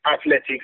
Athletics